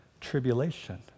tribulation